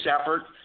effort